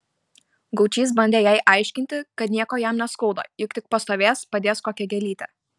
gaučys bandė jai aiškinti kad nieko jam neskauda juk tik pastovės padės kokią gėlytę